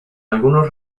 algunos